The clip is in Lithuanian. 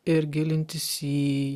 ir gilintis į